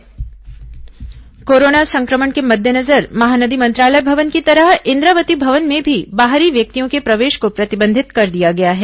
इंद्रावती भवन प्रवेश कोरोना संक्रमण के मद्देनजर महानदी मंत्रालय भवन की तरह इंद्रावती भवन में भी बाहरी व्यक्तियों के प्रवेश को प्रतिबंधित कर दिया गया है